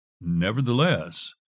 Nevertheless